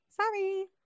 Sorry